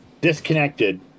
disconnected